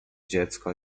dziecko